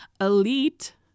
elite